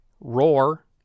roar